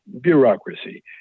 bureaucracy